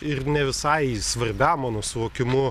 ir ne visai svarbiam mano suvokimu